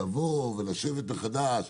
לבוא ולשבת מחדש,